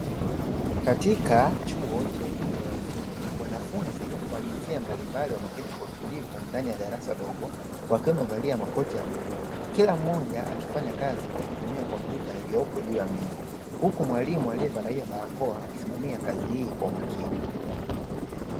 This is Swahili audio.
Katika chuo cha elimu ya ufundi wanafunzi wa jinsia mbalimbali wameketi kwa utulivu ndani ya darasa dogo wakiwa wamevalia makoti ya buluu, kila mmoja akifanya kazi kwa kutumia kompyuta iliyopo juu ya meza huku mwalimu aliyevalia barakoa akisimamia kazi hii kwa makini.